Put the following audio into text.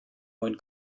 mwyn